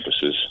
campuses